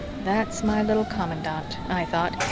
that's my little commandant, i thought,